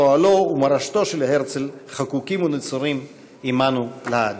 פועלו ומורשתו של הרצל חקוקים ונצורים עמנו לעד.